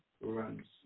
runs